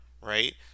Right